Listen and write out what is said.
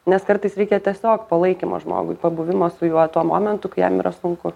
nes kartais reikia tiesiog palaikymo žmogui pabuvimo su juo tuo momentu kai jam yra sunku